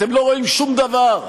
אתם לא רואים שום דבר.